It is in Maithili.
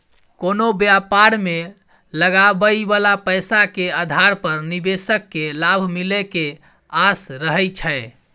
कोनो व्यापार मे लगाबइ बला पैसा के आधार पर निवेशक केँ लाभ मिले के आस रहइ छै